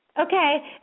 Okay